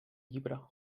llibre